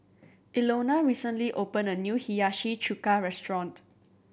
Ilona recently opened a new Hiyashi Chuka restaurant